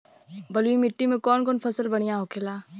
बलुई मिट्टी में कौन कौन फसल बढ़ियां होखेला?